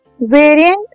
variant